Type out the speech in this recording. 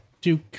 duke